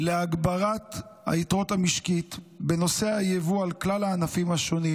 להגברת היתירות המשקית בנושא היבוא על כלל הענפים השונים.